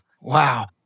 Wow